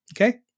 Okay